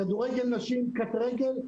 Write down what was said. כדורגל נשים וקטרגל,